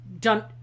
Done